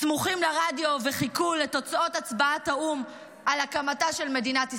סמוכים לרדיו וחיכו לתוצאות הצבעת האו"ם על הקמתה של מדינת ישראל.